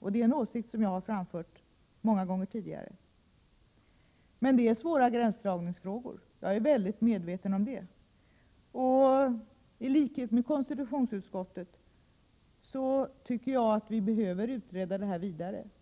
och det är en åsikt som jag har framfört många gånger tidigare. Men jag är mycket väl medveten om att det här gäller mycket svåra gränsdragningsfrågor. I likhet med konstitutionsutskottet tycker jag att vi 7 behöver utreda detta vidare.